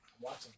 watching